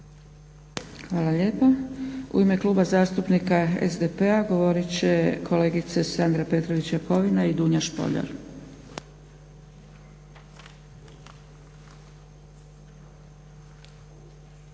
Hvala lijepa. U ime Kluba zastupnika SDP-a govorit će kolegica Sandra Petrović-Jakovina i Dunja Špoljar.